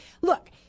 Look